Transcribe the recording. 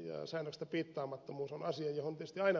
ja säännöksistä piittaamattomuus on asia johon tietysti aina pitää puuttua